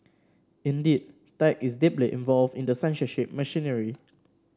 indeed tech is deeply involved in the censorship machinery